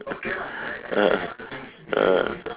(uh huh) uh